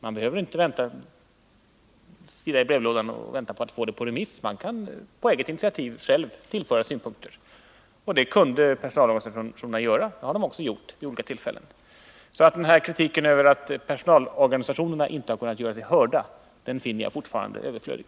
Man behöver inte gå och vänta på att det skall hamna en remiss i brevlådan, utan man kan själv på eget initiativ tillföra synpunkter till ett ärende. Det kunde personalorganisationerna göra, och det har de också gjort vid flera tillfällen. Kritiken mot att personalorganisationerna inte skulle ha kunnat göra sig hörda finner jag alltså fortfarande överflödig.